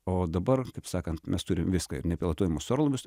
o dabar kaip sakant mes turim viską ir nepilotuojamus orlaivius